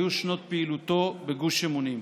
היה שנות פעילותו בגוש אמונים.